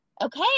okay